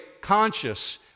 conscious